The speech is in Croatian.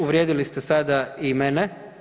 Uvrijedili ste sada i mene.